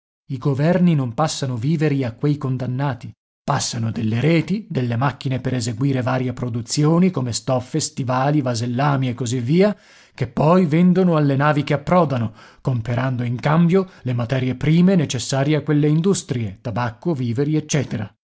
i governi non passano viveri a quei condannati passano delle reti delle macchine per eseguire varie produzioni come stoffe stivali vasellami e così via che poi vendono alle navi che approdano comperando in cambio le materie prime necessarie a quelle industrie tabacco viveri eccetera